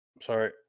Sorry